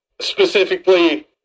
specifically